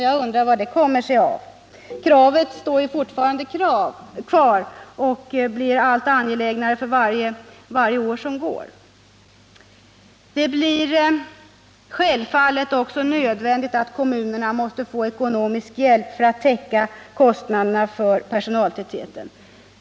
Jag undrar vad det kommer sig av? Kravet står ju fortfarande kvar och blir allt angelägnare för varje år som går. Det är självfallet också nödvändigt att kommunerna får ekonomisk hjälp att täcka kostnaderna för denna personaltäthet.